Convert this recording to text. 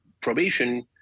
probation